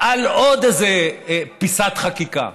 על עוד איזה פיסת חקיקה,